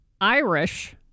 Irish